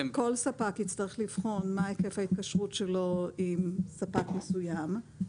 כל ספק יצטרך לבחון מה היקף ההתקשרות שלו עם ספק מסוים.